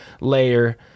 layer